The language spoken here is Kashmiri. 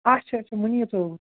اچھا اچھا مُنیٖب صٲب